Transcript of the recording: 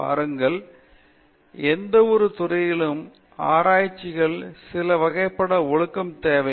பாருங்கள் எந்தவொரு துறையிலும் ஆராய்ச்சியில் சில வகைப்பட்ட ஒழுக்கம் தேவை